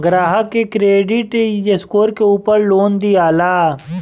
ग्राहक के credit score के उपर लोन दियाला